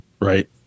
right